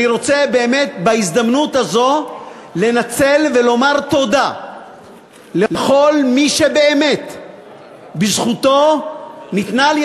אני רוצה באמת לנצל הזדמנות זו ולומר תודה לכל מי שבאמת בזכותו ניתנה לי